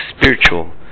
spiritual